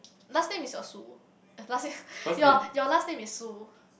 last name is a Su last name your your last name is Su